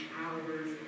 hours